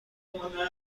ورزشکاره